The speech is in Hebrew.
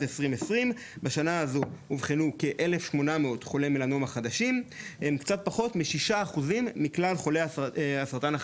יהודיות ואחרות הגיל הוא קצת פחות מ-64 כמו שאתם יכולים לראות